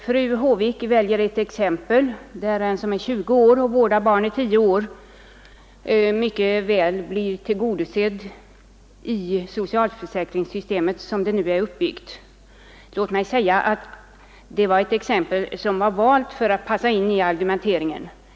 Fru Håvik väljer ett exempel där en som är 20 år och vårdar barn under 10 års tid blir mycket väl tillgodosedd i socialförsäkringssystemet så som det nu är upplagt. Låt mig säga att det var ett exempel som var valt för att passa in i fru Håviks argumentering.